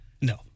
no